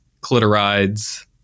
clitorides